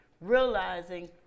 realizing